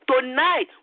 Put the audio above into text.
tonight